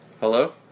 Hello